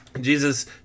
Jesus